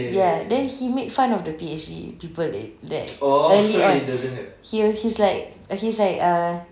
ya then he make fun of the P_H_D people there early on he he's like he's like err